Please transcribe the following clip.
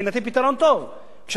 כשאדם משכיר דירה שהוא מחזיק בה,